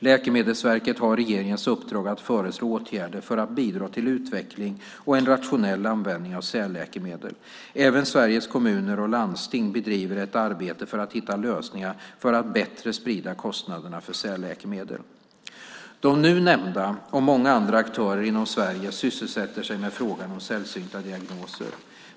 Läkemedelsverket har regeringens uppdrag att föreslå åtgärder för att bidra till utveckling och en rationell användning av särläkemedel. Även Sveriges Kommuner och Landsting bedriver ett arbete för att hitta lösningar för att bättre sprida kostnaderna för särläkemedel. De nu nämnda aktörerna och många andra aktörer inom Sverige sysselsätter sig med frågan om sällsynta diagnoser.